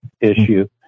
issue